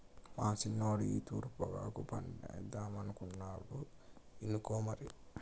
మన సిన్నోడు ఈ తూరి పొగాకు పంటేద్దామనుకుంటాండు ఇనుకో మరి